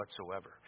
whatsoever